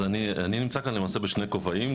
אני נמצא כאן למעשה בשני כובעים,